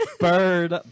Bird